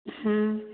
ହୁଁ